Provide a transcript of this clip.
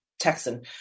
Texan